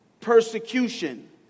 persecution